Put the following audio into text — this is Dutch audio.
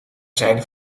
zijn